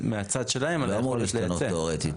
המצד שלהם על היכולת לייצא.